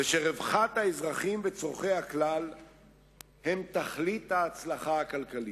ושרווחת האזרחים וצורכי הכלל הם תכלית ההצלחה הכלכלית.